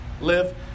live